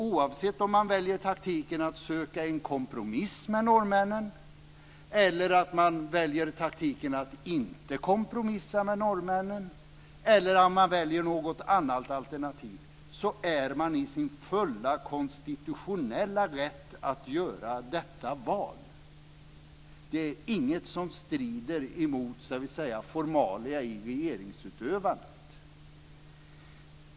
Oavsett om man väljer taktiken att söka en kompromiss med norrmännen eller väljer taktiken att inte kompromissa med norrmännen eller något annat alternativ är man i sin fulla konstitutionella rätt att göra detta val. Det är inget som strider mot formalia i regeringsutövandet.